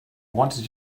wanted